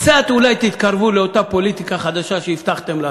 קצת אולי תתקרבו לאותה פוליטיקה חדשה שהבטחתם לנו.